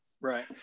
Right